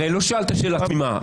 הרי לא שאלת שאלה תמימה.